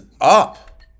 up